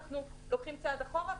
אנחנו לוקחים צעד אחורה,